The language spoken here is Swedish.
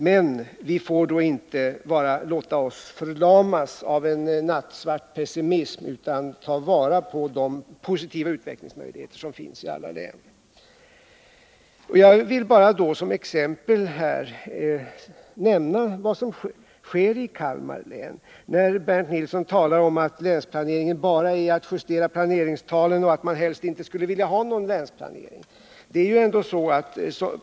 Men vi får då inte låta oss förlamas av en nattsvart pessimism utan måste ta vara på de positiva utvecklingsmöjligheter som finns i alla län. När Bernt Nilsson talar om att länsplanering bara är att justera planeringstalen och att man helst inte skulle vilja ha någon länsplanering, vill jag bara som exempel nämna vad som sker i Kalmar län.